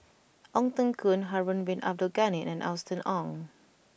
Ong Teng Koon Harun Bin Abdul Ghani and Austen Ong